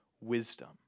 wisdom